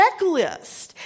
checklist